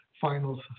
finals